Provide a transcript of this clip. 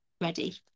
ready